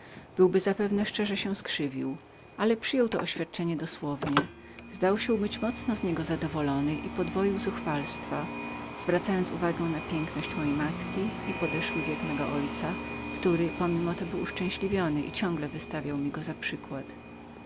byłby zapewne szczerze się skrywił ale przyjął to oświadczenie dosłownie zdał się być mocno z niego zadowolonym i podwoił zuchwalstwa zwracając uwagę na piękność mojej matki i podeszły wiek mego ojca który pomimo to był z niego uszczęśliwionym i ciągle wystawiał mi go za przykład